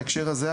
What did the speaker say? בהקשר הזה,